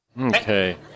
Okay